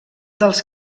dels